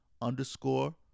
underscore